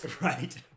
Right